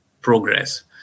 progress